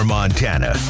Montana